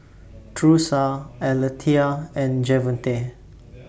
Thursa Alethea and Javonte